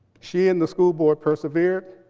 she and the school board persevered.